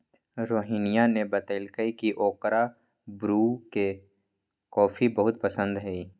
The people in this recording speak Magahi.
रोहिनीया ने बतल कई की ओकरा ब्रू के कॉफी बहुत पसंद हई